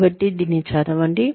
కాబట్టి దీన్ని చదవండి